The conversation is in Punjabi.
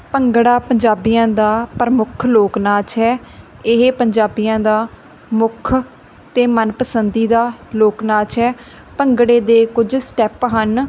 ਭੰਗੜਾ ਪੰਜਾਬੀਆਂ ਦਾ ਪ੍ਰਮੁੱਖ ਲੋਕ ਨਾਚ ਹੈ ਇਹ ਪੰਜਾਬੀਆਂ ਦਾ ਮੁੱਖ ਅਤੇ ਮਨਪਸੰਦੀਦਾ ਲੋਕ ਨਾਚ ਹੈ ਭੰਗੜੇ ਦੇ ਕੁਝ ਸਟੈਪ ਹਨ